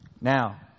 Now